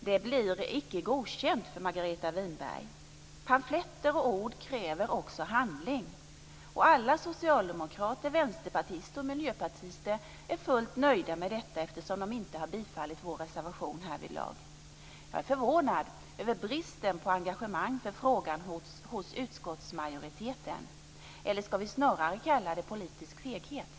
Det blir Icke godkänt för Margareta Winberg! Pamfletter och ord kräver också handling. Och alla socialdemokrater, vänsterpartister och miljöpartister är fullt nöjda med detta, eftersom de inte har bifallit vår reservation härvidlag. Jag är förvånad över bristen på engagemang för frågan hos utskottsmajoriteten - eller ska vi snarare kalla det politisk feghet?